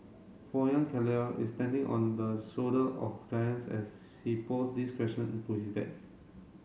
for young Keller is standing on the shoulder of giants as he posed these question to his